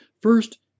First